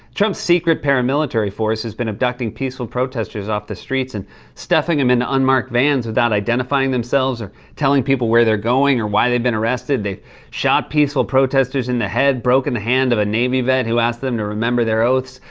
trump's secret paramilitary force has been abducting peaceful protesters off the streets and stuffing them in unmarked vans without identifying themselves or telling people where they're going or why they've been arrested. they've shot peaceful protesters in the head, broken the hand of a navy vet who asked them to remember their oaths,